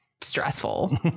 stressful